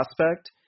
prospect